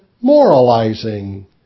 moralizing